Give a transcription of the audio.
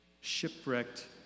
shipwrecked